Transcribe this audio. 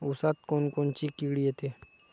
ऊसात कोनकोनची किड येते?